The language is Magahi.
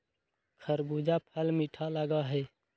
खरबूजा फल मीठा लगा हई